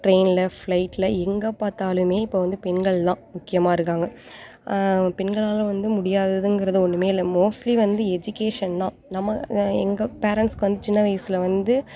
ட்ரெயினில் ஃப்ளைட்டில் எங்கே பார்த்தாலுமே இப்போ வந்து பெண்கள்தான் முக்கியமாக இருக்காங்க பெண்களால் வந்து முடியாததுங்கிறது ஒன்றுமே இல்லை மோஸ்ட்லி வந்து எஜிகேஷன் தான் நம்ம எங்கள் பேரண்ட்ஸுக்கு வந்து சின்ன வயசில் வந்து